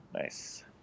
Nice